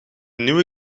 nieuwe